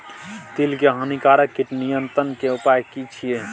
तिल के हानिकारक कीट नियंत्रण के उपाय की छिये?